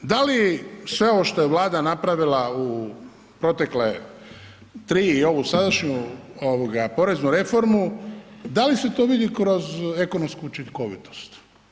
Da li sve ovo što je Vlada napravila u protekle 3 i ovu sadašnju poreznu reformu, da li se to vidi kroz ekonomsku učinkovitost?